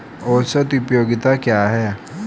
औसत उपयोगिता क्या है?